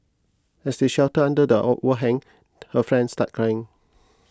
as they sheltered under the overhang her friend started crying